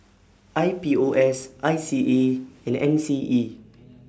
I P O S I C A and N C E